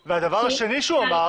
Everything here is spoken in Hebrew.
2. הדבר השני שהוא אמר